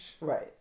right